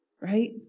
Right